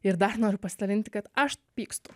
ir dar noriu pasidalinti kad aš pykstu